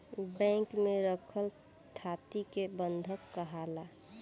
bank में रखल थाती के बंधक काहाला